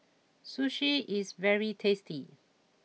Sushi is very tasty